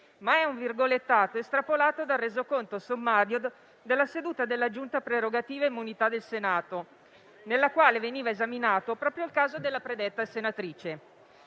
ma è un virgolettato estrapolato dal Resoconto sommario della seduta della Giunta delle elezioni e delle immunità del Senato, nella quale veniva esaminato proprio il caso della predetta senatrice.